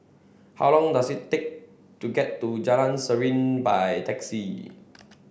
how long does it take to get to Jalan Serene by taxi